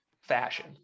fashion